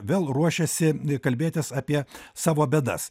vėl ruošiasi kalbėtis apie savo bėdas